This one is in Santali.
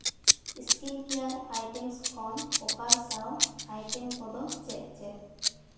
ᱥᱠᱤᱱ ᱠᱮᱭᱟᱨᱥ ᱟᱭᱴᱮᱢᱥ ᱠᱷᱚᱱ ᱚᱯᱷᱟᱨ ᱥᱟᱶ ᱟᱭᱴᱮᱢ ᱠᱚᱫᱚ ᱪᱮᱫ ᱪᱮᱫ